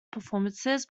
performances